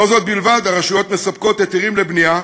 לא זו בלבד, הרשויות מספקות היתרים לבנייה,